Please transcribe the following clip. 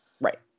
Right